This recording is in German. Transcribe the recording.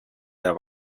der